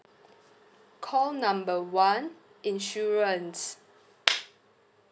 call number one insurance